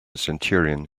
centurion